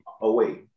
away